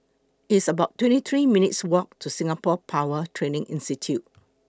It's about twenty three minutes' Walk to Singapore Power Training Institute